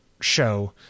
show